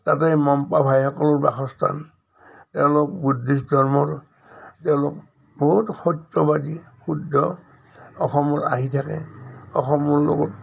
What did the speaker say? তাতে মনপা ভাইসকলৰ বাসস্থান তেওঁলোক বুদ্ধিষ্ট ধৰ্মৰ তেওঁলোক বহুত সত্যবাদী শুদ্ধ অসমত আহি থাকে অসমৰ লগত